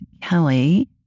Kelly